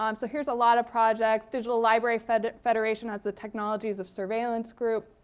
um so here's a lot of projects. digital library federation federation has a technologies of surveillance group.